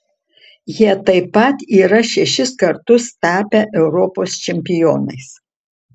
jie taip pat yra šešis kartus tapę europos čempionais